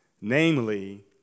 namely